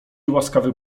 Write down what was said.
łaskawy